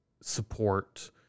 support